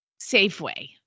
Safeway